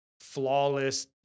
flawless